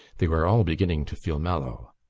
they were all beginning to feel mellow.